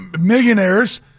millionaires